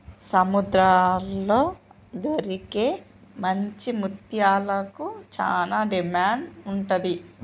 సముద్రాల్లో దొరికే మంచి ముత్యాలకు చానా డిమాండ్ ఉంటది